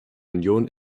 union